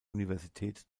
universität